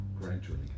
gradually